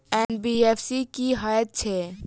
NBFC की हएत छै?